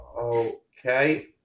Okay